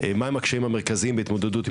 מה הם הקשיים המרכזיים בהתמודדות עם